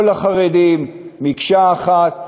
כל החרדים מקשה אחת,